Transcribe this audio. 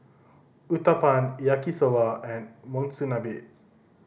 Uthapam Yaki Soba and Monsunabe